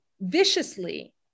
viciously